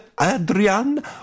Adrian